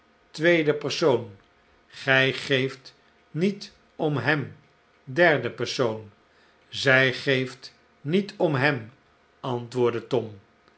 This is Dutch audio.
tweede persoon gij geeft niet om hem derde persoon zij geeft niet om hem antwoordde tom